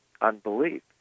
unbelief